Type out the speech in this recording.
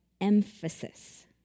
emphasis